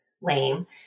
lame